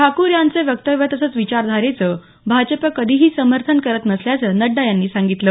ठाकूर यांचं वक्तव्य तसंच विचारधारेचं भाजप कधीही समर्थन करत नसल्याचं नड्डा यांनी सांगितलं